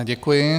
Děkuji.